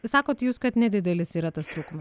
sakot jus kad nedidelis yra tas trūkuma